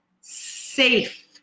safe